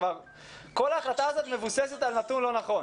כל ההחלטה הזאת מבוססת על נתון לא נכון.